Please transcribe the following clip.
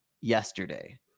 yesterday